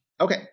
Okay